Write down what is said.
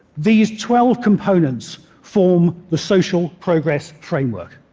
these twelve components form the social progress framework.